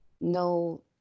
No